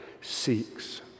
seeks